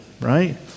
right